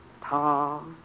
Tall